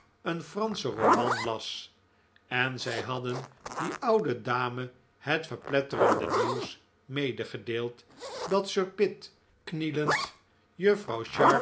een franschen roman las en zij hadden die oude dame het verpletterende nieuws medegedeeld dat sir pitt knielend juffrouw